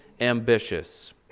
ambitious